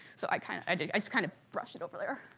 so i kind of i just kind of brush it over there.